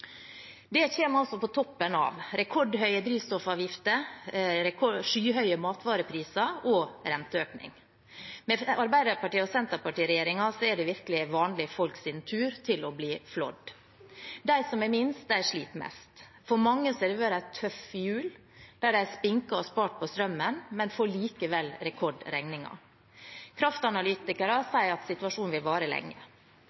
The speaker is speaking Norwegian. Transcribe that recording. på toppen av rekordhøye drivstoffavgifter, skyhøye matvarepriser og renteøkning. Med Arbeiderparti–Senterparti-regjeringen er det virkelig vanlige folks tur – til å bli flådd. De som har minst, sliter mest. For mange har det vært en tøff jul, der de har spinket og spart på strømmen, men likevel får rekordhøye regninger. Kraftanalytikere